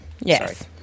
Yes